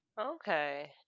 Okay